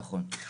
נכון.